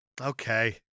Okay